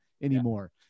anymore